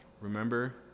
Remember